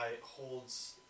holds